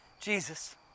Jesus